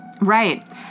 Right